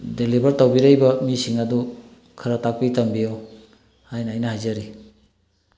deliver ꯇꯧꯕꯤꯔꯛꯏꯕ ꯃꯤꯁꯤꯡ ꯑꯗꯣ ꯈꯔ ꯇꯥꯛꯄꯤ ꯇꯝꯕꯤꯌꯨ ꯍꯥꯏꯅ ꯑꯩꯅ ꯍꯥꯏꯖꯔꯤ